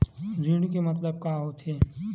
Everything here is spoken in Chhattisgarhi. ऋण के मतलब का होथे?